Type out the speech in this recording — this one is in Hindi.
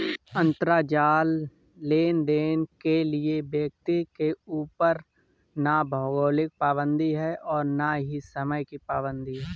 अंतराजाल लेनदेन के लिए व्यक्ति के ऊपर ना भौगोलिक पाबंदी है और ना ही समय की पाबंदी है